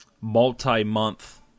multi-month